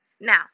Now